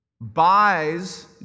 buys